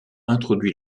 introduit